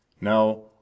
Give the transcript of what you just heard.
Now